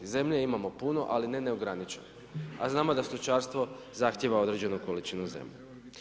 Zemlje imamo puno, ali ne neograničeno, a znamo da stočarstvo zahtijeva određenu količinu zemlje.